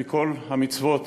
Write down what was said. מכל המצוות